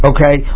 Okay